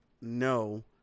no